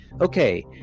okay